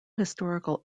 historical